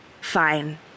Fine